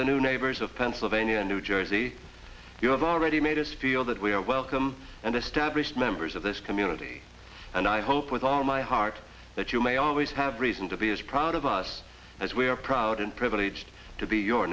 the new neighbors of pennsylvania new jersey you have already made us feel that we are welcome and established members of this community and i hope with all my heart that you may always have reason to be as proud of us as we are proud and privileged to be your